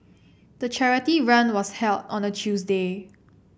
the charity run was held on a Tuesday